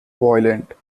violent